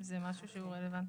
אם זה משהו שהוא רלוונטי.